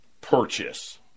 purchase